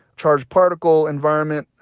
charged particle environment,